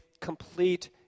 complete